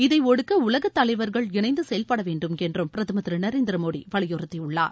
இதை ஒடுக்க உலகத் தலைவா்கள் இணைந்து செயல்படவேண்டும் என்றும் பிரதமர் திரு நரேந்திர மோடி வலியுறத்தியுள்ளார்